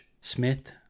Smith